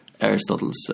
Aristotle's